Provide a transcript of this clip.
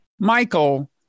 Michael